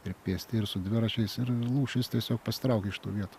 ir pėsti ir su dviračiais ir lūšys tiesiog pasitraukė iš tų vietų